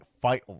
fight